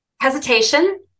hesitation